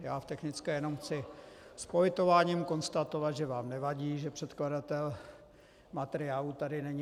Já v technické jenom chci s politováním konstatovat, že vám nevadí, že předkladatel materiálu tady není.